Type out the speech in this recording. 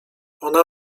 ona